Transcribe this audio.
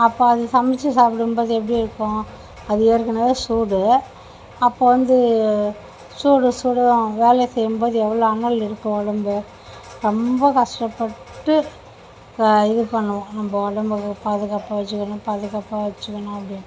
அப்போ அது சமைச்சி சாப்பிடும்போது எப்படி இருக்கும் அது ஏற்கனவே சூடு அப்போ வந்து சூடு சூடும் வேலையை செய்யும்போது எவ்வளோ அனல் இருக்கு உடம்பு ரொம்ப கஷ்டப்பட்டு இது பண்ணுவோம் நம்ப உடம்பு பாதுகாப்பாக வச்சுக்கணும் பாதுகாப்பாக வச்சுக்கணும் அப்படி